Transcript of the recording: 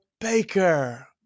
Baker